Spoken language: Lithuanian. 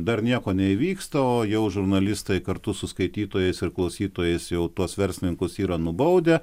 dar nieko neįvyksta o jau žurnalistai kartu su skaitytojais ir klausytojais jau tuos verslininkus yra nubaudę